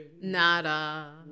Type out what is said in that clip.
Nada